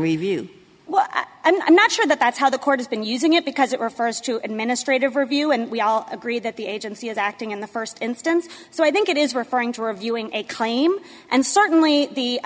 review well i'm not sure that that's how the court has been using it because it refers to administrative review and we all agree that the agency is acting in the first instance so i think it is referring to reviewing a claim and certainly the